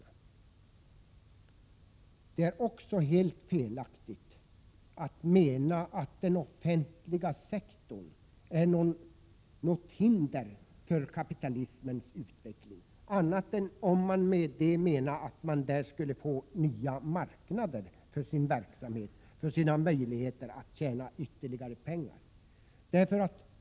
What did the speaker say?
Vidare är det helt felaktigt att den offentliga sektorn skulle vara ett hinder för kapitalismens utveckling, om man nu inte menar att man där skulle få nya marknader för sin verksamhet, för sina möjligheter att tjäna ytterligare pengar.